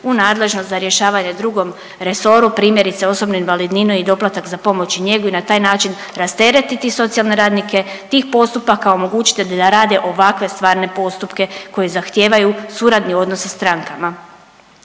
u nadležnost za rješavanje drugom resoru, primjerice osobnu invalidninu i doplatak za pomoć i njegu i na taj način rasteretiti socijalne radnike tih postupaka omogućiti da rade ovakve stvarne postupke koji zahtijevaju suradni odnos sa strankama.